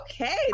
okay